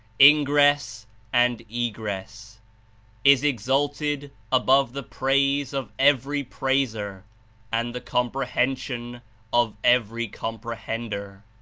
ingress and egress is exalted above the praise of every pralser and the com prehension of every comprehender.